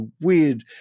weird